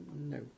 No